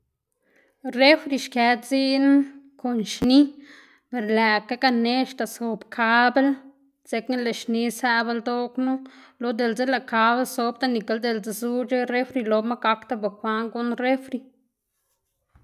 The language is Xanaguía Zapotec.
refri xkë dziꞌn kon xni per lëꞌkga ganeꞌc̲h̲da zob kabl dzekna lëꞌ xni zëꞌb ldoꞌ knu, lo diꞌltse lëꞌ kabl zobda nikl diꞌltse zuc̲h̲e refri loma gakda bukwaꞌn guꞌnn refri.